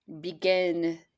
begin